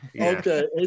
Okay